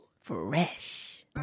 Fresh